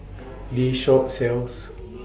This Shop sells